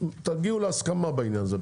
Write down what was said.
תגיעו להסכמה בעניין הזה.